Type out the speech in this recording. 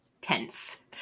tense